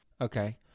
Okay